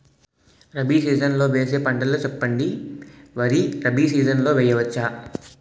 Rabi season లో వేసే పంటలు చెప్పండి? వరి రబీ సీజన్ లో వేయ వచ్చా?